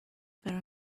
very